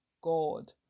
God